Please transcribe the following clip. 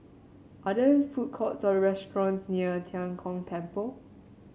are there food courts or restaurants near Tian Kong Temple